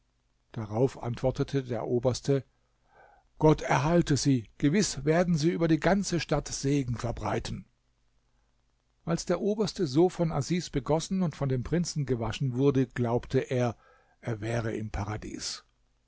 darauf antwortete der oberste gott erhalte sie gewiß werden sie über die ganze stadt segen verbreiten als der oberste so von asis begossen und von dem prinzen gewaschen wurde glaubte er er wäre im paradies